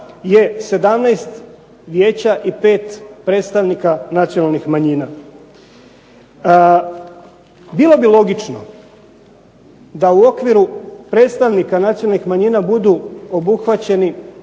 je 17 vijeća i 5 predstavnika nacionalnih manjina. Bilo bi logično da u okviru predstavnika nacionalnih manjina budu obuhvaćeni